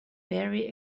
very